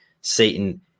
Satan